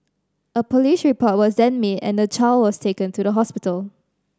a police report was then made and the child was taken to the hospital